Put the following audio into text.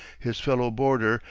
his fellow-boarder,